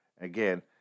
again